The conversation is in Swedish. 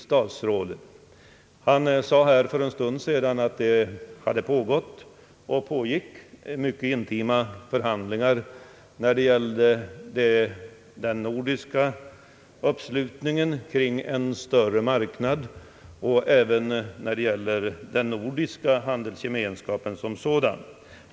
Statsrådet Wickman sade för en stund sedan att det pågått och alltjämt pågår mycket intensiva förhandlingar rörande den nordiska uppslutningen kring en större marknad och även i fråga om den nordiska handelsgemenskapen som sådan.